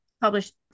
published